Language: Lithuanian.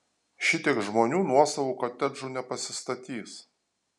šitiek žmonių nuosavų kotedžų nepasistatys